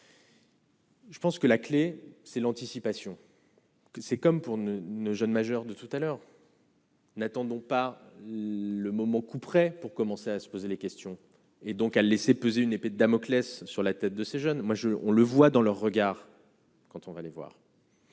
Je pense que la clé c'est l'anticipation. C'est comme pour ne ne jeune majeur de tout à l'heure. N'attendons pas le moment couperet pour commencer à se poser des questions et donc à laisser peser une épée de Damoclès sur la tête de ces jeunes moi je, on le voit dans leurs regards quand on va les voir.